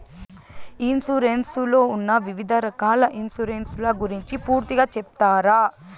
Insurance లో ఉన్న వివిధ రకాల ఇన్సూరెన్సు ల గురించి పూర్తిగా సెప్తారా?